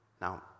Now